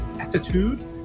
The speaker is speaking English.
Attitude